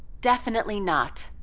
definitely not.